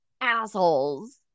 assholes